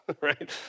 Right